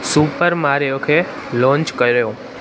super mario खे launch कयो